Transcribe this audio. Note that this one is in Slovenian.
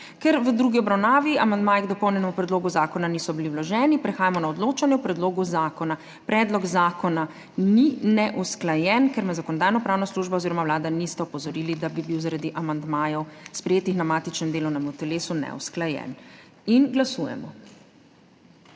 Ker v drugi obravnavi amandmaji k dopolnjenemu predlogu zakona niso bili vloženi, prehajamo na odločanje o predlogu zakona. Predlog zakona ni neusklajen, ker me Zakonodajno-pravna služba oziroma Vlada nista opozorili, da bi bil zaradi amandmajev, sprejetih na matičnem delovnem telesu, neusklajen. Glasujemo.